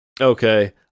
Okay